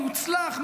מוצלח,